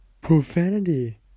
Profanity